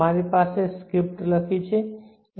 મારી પાસે સ્ક્રીપ્ટ લખી છે sppwm